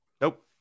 Nope